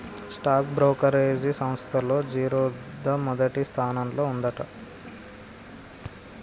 stock brokerage సంస్తల్లో జిరోదా మొదటి స్థానంలో ఉందంట